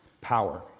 Power